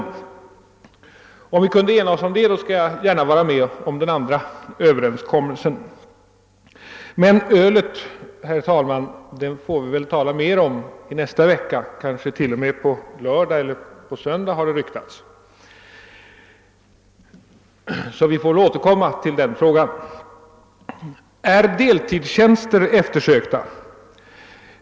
Om vi kan enas om det, så vill jag gärna vara med om det föreslagna uppropet. Det blir emellertid tillfälle att tala mera om ölet nästa vecka — kanske t.o.m. på lördag eller söndag, har det ryktats. Vi får sålunda återkomma till den frågan. Är deltidstjänster eftersökta?